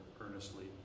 earnestly